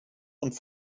und